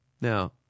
Now